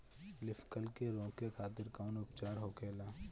Leaf curl के रोके खातिर कउन उपचार होखेला?